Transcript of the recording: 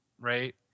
right